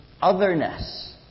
otherness